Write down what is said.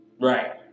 Right